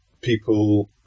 people